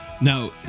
Now